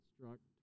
construct